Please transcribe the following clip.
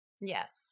Yes